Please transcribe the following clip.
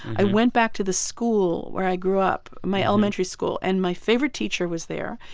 i went back to the school where i grew up, my elementary school. and my favorite teacher was there,